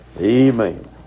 Amen